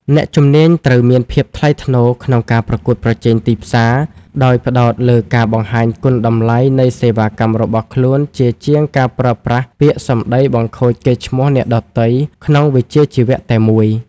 អ្នកជំនាញត្រូវមានភាពថ្លៃថ្នូរក្នុងការប្រកួតប្រជែងទីផ្សារ ដោយផ្ដោតលើការបង្ហាញគុណតម្លៃនៃសេវាកម្មរបស់ខ្លួន ជាជាងការប្រើប្រាស់ពាក្យសម្ដីបង្ខូចកេរ្តិ៍ឈ្មោះអ្នកដទៃក្នុងវិជ្ជាជីវៈតែមួយ។